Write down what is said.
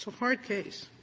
hard case